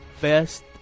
best